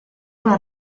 una